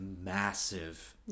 massive